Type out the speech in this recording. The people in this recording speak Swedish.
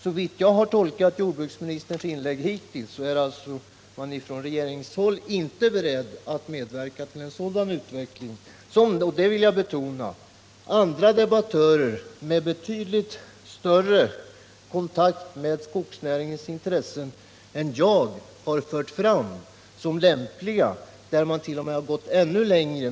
Av jordbruksministerns inlägg hittills förstår jag att regeringen inte är beredd att medverka till en sådan utveckling, som — det vill jag betona — har föreslagits av debattörer med betydligt större kontakt med skogs = Nr 31 näringens intressen än jag. Man har t.o.m. gått ännu längre.